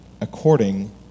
according